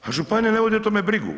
Pa županija ne vodi o tome brigu.